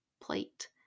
plate